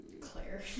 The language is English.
Claire